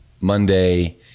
Monday